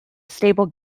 stable